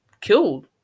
killed